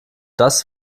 das